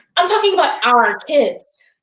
i'm talking about our kids.